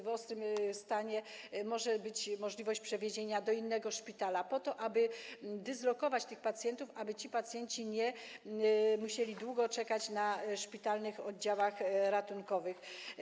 W ostrym stanie może być możliwość przewiezienia do innego szpitala po to, aby dyslokować tych pacjentów, aby ci pacjenci nie musieli długo czekać na szpitalnych oddziałach ratunkowych.